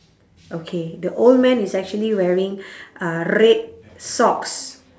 okay the old man is actually wearing uh red socks